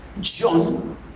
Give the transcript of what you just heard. John